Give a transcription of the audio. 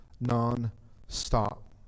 non-stop